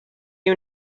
you